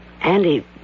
Andy